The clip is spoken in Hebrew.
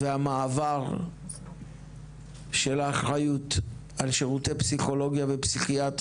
וזה לאחר שעשינו פה דיון בשירותים פסיכולוגיים בנגב ובגליל,